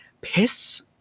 piss